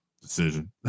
decision